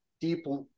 deeply